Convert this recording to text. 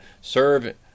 serve